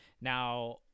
Now